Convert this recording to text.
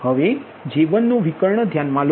તો હવેJ1 નો વિકર્ણ ધ્યાનમા લો